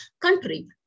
country